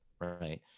right